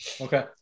okay